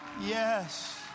yes